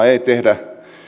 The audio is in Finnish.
ei tehdä